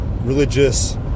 religious